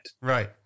Right